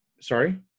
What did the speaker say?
Sorry